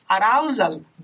arousal